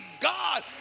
God